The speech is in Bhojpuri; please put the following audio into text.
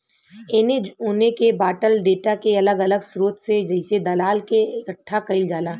एने ओने के बॉटल डेटा के अलग अलग स्रोत से जइसे दलाल से इकठ्ठा कईल जाला